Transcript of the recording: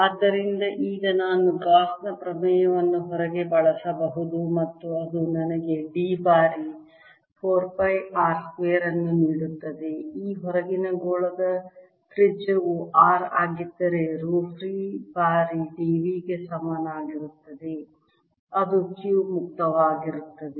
ಆದ್ದರಿಂದ ಈಗ ನಾನು ಗಾಸ್ ನ ಪ್ರಮೇಯವನ್ನು ಹೊರಗೆ ಬಳಸಬಹುದು ಮತ್ತು ಅದು ನನಗೆ D ಬಾರಿ 4 ಪೈ r ಸ್ಕ್ವೇರ್ ಅನ್ನು ನೀಡುತ್ತದೆ ಈ ಹೊರಗಿನ ಗೋಳದ ತ್ರಿಜ್ಯವು r ಆಗಿದ್ದರೆ ರೋ ಫ್ರೀ ಬಾರಿ d v ಗೆ ಸಮನಾಗಿರುತ್ತದೆ ಅದು Q ಮುಕ್ತವಾಗಿರುತ್ತದೆ